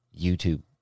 YouTube